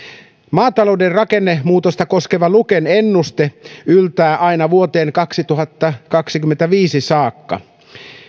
maatalouden rakennemuutosta koskeva luken ennuste yltää aina vuoteen kaksituhattakaksikymmentäviisi saakka